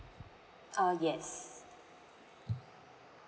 uh yes